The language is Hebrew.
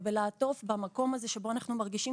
ושתדע לעטוף במקום הזה שבו אנחנו מרגישים